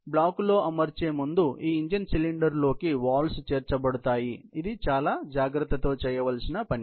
తుది బ్లాకులో అమర్చే ముందు ఈ ఇంజిన్ సిలిండర్ లోకి వాల్వ్స్ చేర్చబడ్డాయి మరియు ఇదిచాలా జాగ్రత్తతో చేయాల్సిన పని